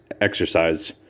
exercise